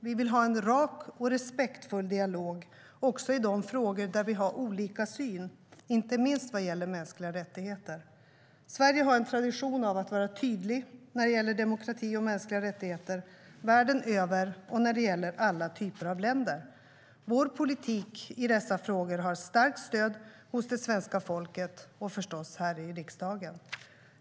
Vi vill ha en rak och respektfull dialog också i de frågor där vi har olika syn, inte minst vad gäller mänskliga rättigheter. Sverige har en tradition av att vara tydlig när det gäller demokrati och mänskliga rättigheter världen över beträffande alla typer av länder. Vår politik i dessa frågor har starkt stöd hos det svenska folket och förstås här i kammaren.